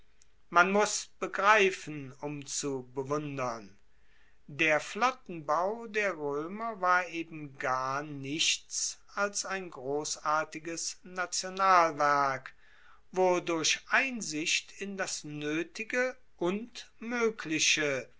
man muss begreifen um zu bewundern der flottenbau der roemer war eben gar nichts als ein grossartiges nationalwerk wo durch einsicht in das noetige und moegliche